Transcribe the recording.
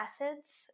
acids